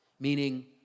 Meaning